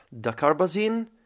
Dacarbazine